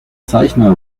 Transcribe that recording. zeichner